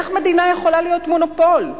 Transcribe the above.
איך מדינה יכולה להיות מונופול?